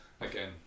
again